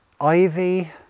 ivy